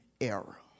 error